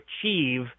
achieve